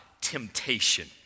temptation